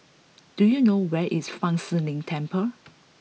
do you know where is Fa Shi Lin Temple